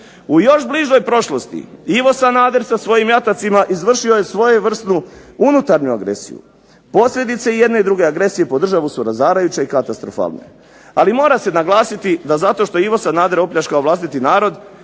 U još bližoj prošlosti Ivo Sanader sa svojim jatacima izvršio je svojevrsnu unutarnju agresiju. Posljedice i jedne i druge agresije po državu su razarajuće i katastrofalne. Ali mora se naglasiti da zato što je Ivo Sanader opljačkao vlastiti narod